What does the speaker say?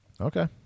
Okay